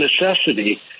necessity